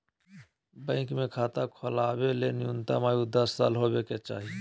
bank मे खाता खोलबावे के न्यूनतम आयु दस साल होबे के चाही